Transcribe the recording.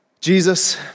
Jesus